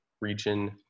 Region